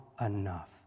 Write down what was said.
enough